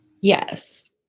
Yes